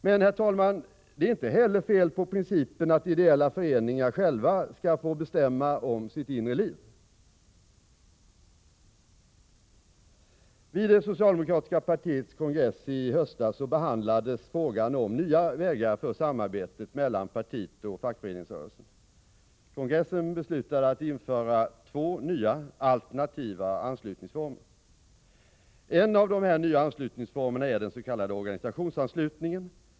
Men, herr talman, det är inte heller fel på principen att ideella föreningar själva skall få bestämma om sitt inre liv. Vid det socialdemokratiska partiets kongress i höstas behandlades frågan om nya vägar för samarbetet mellan partiet och fackföreningsrörelsen. Kongressen beslutade att införa två nya alternativa anslutningsformer. En av de nya anslutningsformerna är den s.k. organisationsanslutningen.